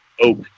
oak